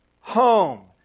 home